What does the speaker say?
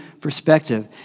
perspective